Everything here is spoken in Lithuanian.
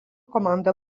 komanda